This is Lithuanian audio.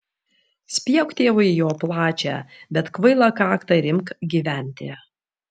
spjauk tėvui į jo plačią bet kvailą kaktą ir imk gyventi